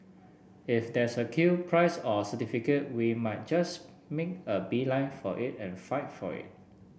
if there's a queue prize or certificate we might just mean a beeline for it and fight for it